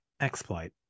exploit